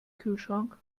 kühlschrank